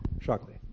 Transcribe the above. Shockley